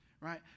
right